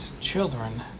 children